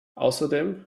außerdem